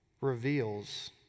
reveals